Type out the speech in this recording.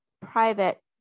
private